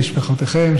עם משפחותיכם,